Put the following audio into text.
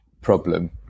problem